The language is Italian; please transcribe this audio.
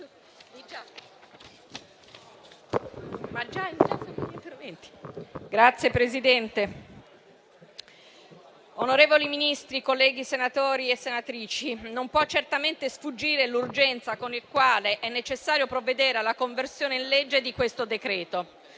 Signor Presidente, onorevoli Ministri, colleghi senatori e senatrici, non può certamente sfuggire l'urgenza con la quale è necessario provvedere alla conversione in legge di questo decreto-legge.